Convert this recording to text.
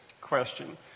question